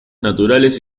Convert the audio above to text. naturales